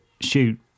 shoot